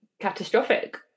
catastrophic